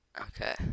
Okay